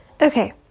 Okay